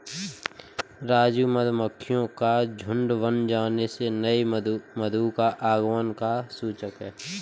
राजू मधुमक्खियों का झुंड बन जाने से नए मधु का आगमन का सूचक है